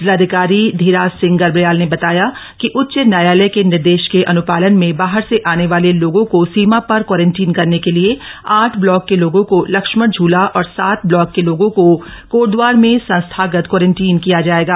जिलाधिकप्री धीराजसिंह गर्ब्याप्र ने बताया कि उच्च न्यायालय के निर्देश के अन्पाक्रन में बाहर से आने वाले लोगों को सीमा पर क्वाप्रंटीन करने के लिए आठ ब्लॉक के लोगों को लक्ष्मणझूल और साम ब्लाक के लोगों को कोटदवार में संस्थागत क्वाप्रंटीन किया जाएगा